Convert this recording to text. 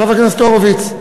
לחבר הכנסת הורוביץ,